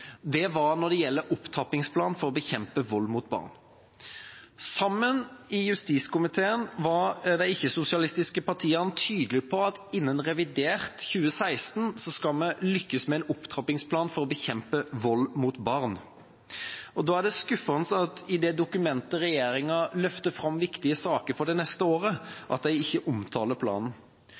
ikke var fullt så fornøyd med i trontalen, gjaldt opptrappingsplanen for å bekjempe vold mot barn. I justiskomiteen har de ikke-sosialistiske partiene vært tydelig på at innen revidert nasjonalbudsjett 2016 skal vi lykkes med en opptrappingsplan for å bekjempe vold mot barn. Da er det skuffende at i det dokumentet regjeringen løfter fram viktige saker for det neste året, omtales ikke planen.